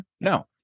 No